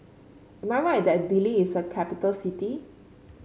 am I right that Dili is a capital city